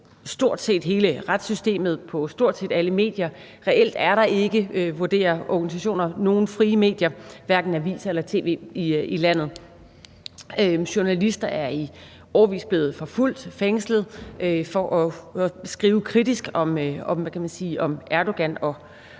stort set hele retssystemet, på stort set alle medier – reelt er der ikke, vurderer organisationer, nogen frie medier, hverken aviser eller tv i landet. Journalister er i årevis blevet forfulgt og fængslet for at skrive kritisk om Erdogan og